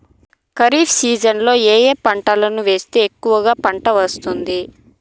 ఖరీఫ్ సీజన్లలో ఏ ఏ పంటలు వేస్తే ఎక్కువగా పంట వస్తుంది?